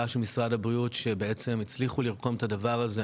של משרד הבריאות שבעצם הצליחו לרקום את הדבר הזה,